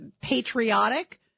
patriotic